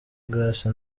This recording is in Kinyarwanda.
grace